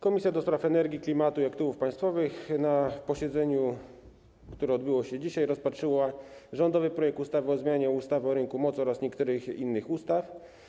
Komisja do Spraw Energii, Klimatu i Aktywów Państwowych na posiedzeniu, które odbyło się dzisiaj, rozpatrzyła rządowy projekt ustawy o zmianie ustawy o rynku mocy oraz niektórych innych ustaw.